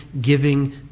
giving